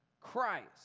Christ